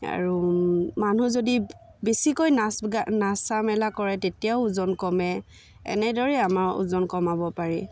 আৰু মানুহ যদি বেছিকৈ নাচ গা নচা মেলা কৰে তেতিয়াও ওজন কমে এনেদৰেই আমাৰ ওজন কমাব পাৰি